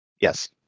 Yes